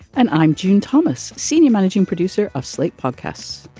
and i'm june thomas, senior managing producer of slate podcasts.